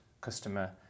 customer